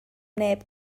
neb